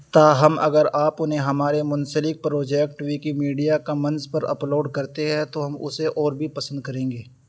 تاہم اگر آپ انہیں ہمارے منسلک پروجیکٹ ویکیمیڈیا کامنز پر اپلوڈ کرتے ہیں تو ہم اسے اور بھی پسند کریں گے